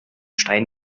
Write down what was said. stein